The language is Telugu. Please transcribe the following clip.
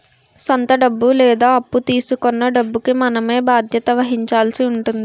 సొంత డబ్బు లేదా అప్పు తీసుకొన్న డబ్బుకి మనమే బాధ్యత వహించాల్సి ఉంటుంది